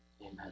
amen